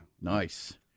Nice